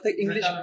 English